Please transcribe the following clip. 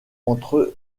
entre